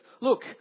look